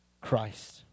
Christ